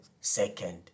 second